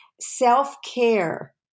self-care